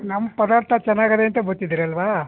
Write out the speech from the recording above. ನಮ್ಮ ಪದಾರ್ಥ ಚೆನ್ನಾಗಿದೆ ಅಂತ ಬರ್ತಿದೀರಲ್ವಾ